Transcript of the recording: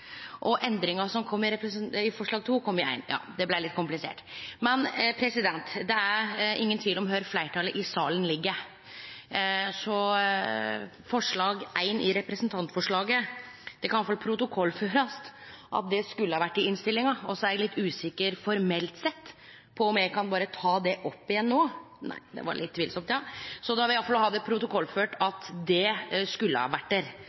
og endringane som skulle kome i forslag nr. 2, kom i forslag nr. 1. Ja, det blei litt komplisert. Det er ingen tvil om kvar fleirtalet i saka ligg, men det kan iallfall protokollførast at forslag nr. 1 i representantforslaget skulle ha vore i innstillinga. Eg er litt usikker formelt sett på om eg berre kan ta det opp igjen no. – Nei, ikkje det.– Me må iallfall ha det protokollført at det skulle ha vore der.